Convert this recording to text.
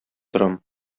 торам